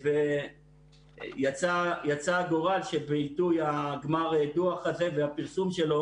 יצא הגורל שעיתוי גמר הדוח הזה והפרסום שלו,